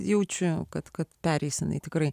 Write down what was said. jaučiu kad kad pereis jinai tikrai